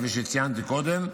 כפי שציינתי קודם,